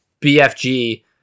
BFG